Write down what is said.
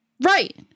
Right